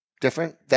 Different